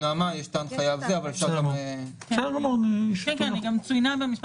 ההנחיה הזאת גם צוינה בנספח